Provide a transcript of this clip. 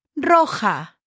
roja